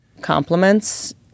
compliments